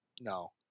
No